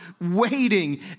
waiting